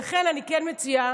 לכן אני כן מציעה